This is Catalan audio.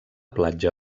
platja